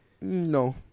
No